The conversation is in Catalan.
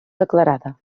declarada